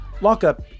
Lockup